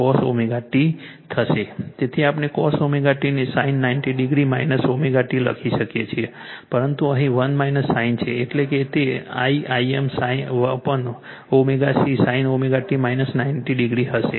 તેથી આપણે cos ω t ને sin 90 ડિગ્રી ω t લખી શકીએ છીએ પરંતુ અહીં 1 sin છે એટલે કે તે I Im ω C sin ωt 90 degree હશે